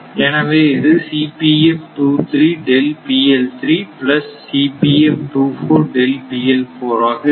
எனவே இது பிளஸ் ஆக இருக்கும்